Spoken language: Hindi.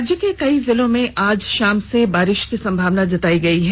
राज्य के कई जिलों में आज शाम से बारिश की संभावना जताई गई है